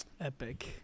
Epic